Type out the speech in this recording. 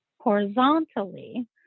horizontally